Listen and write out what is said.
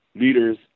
leaders